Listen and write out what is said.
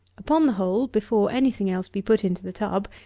upon the hole, before any thing else be put into the tub,